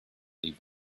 leave